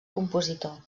compositor